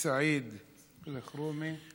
סעיד אלחרומי.